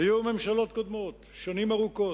היו ממשלות קודמות שנים ארוכות,